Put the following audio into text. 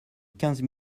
quinze